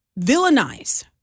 villainize